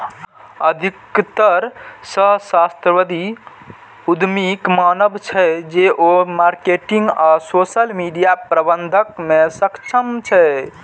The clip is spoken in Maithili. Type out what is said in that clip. अधिकतर सहस्राब्दी उद्यमीक मानब छै, जे ओ मार्केटिंग आ सोशल मीडिया प्रबंधन मे सक्षम छै